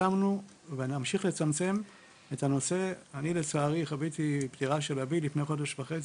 אני לצערי חוויתי פטירה של אבי לפני חודש וחצי.